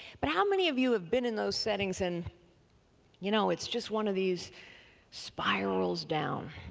but how many of you have been in those settings and you know, it's just one of these spirals down?